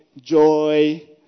joy